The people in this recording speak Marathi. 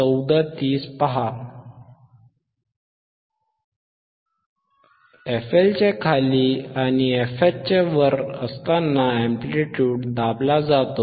fLच्या खाली आणि fHच्या वर असताना एंप्लिट्युड दाबला जातो